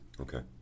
Okay